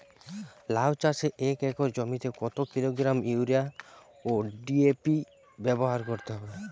লাউ চাষে এক একর জমিতে কত কিলোগ্রাম ইউরিয়া ও ডি.এ.পি ব্যবহার করতে হবে?